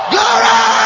Glory